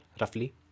roughly